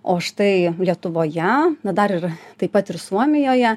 o štai lietuvoje na dar ir taip pat ir suomijoje